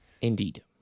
Indeed